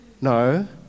No